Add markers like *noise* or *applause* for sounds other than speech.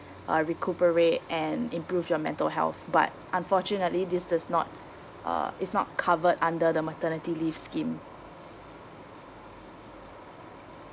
*breath* uh recuperate and improve your mental health but unfortunately this does not uh it's not covered under the maternity leave scheme